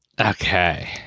Okay